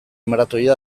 maratoia